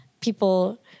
people